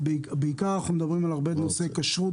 אנחנו מדברים בעיקר על נושאי כשרות